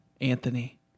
Anthony